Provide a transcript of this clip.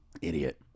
Idiot